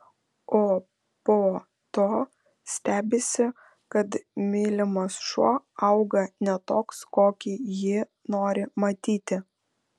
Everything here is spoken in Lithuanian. o po to stebisi kad mylimas šuo auga ne toks kokį jį nori matyti